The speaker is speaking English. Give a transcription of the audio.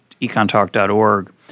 econtalk.org